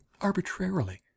arbitrarily